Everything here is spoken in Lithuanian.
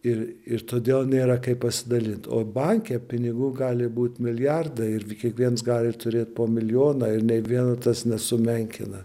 ir ir todėl nėra kaip pasidalint o banke pinigų gali būt milijardai ir kiekviens gali turėt po milijoną ir nei vieno tas nesumenkina